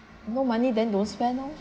no money then don't spend loh